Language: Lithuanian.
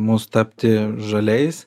mus tapti žaliais